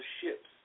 ships